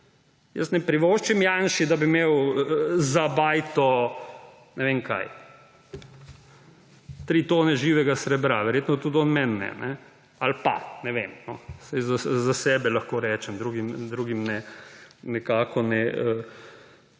jaz ne privoščim Janši, da bi imel za bajto, ne vem, kaj, tri tone živega srebra. Verjetno tudi on meni ne. Ali pa, ne vem. Vsaj za sebe lahko rečem, drugim nikakor ne